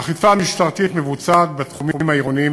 האכיפה המשטרתית מבוצעת בתחומים העירוניים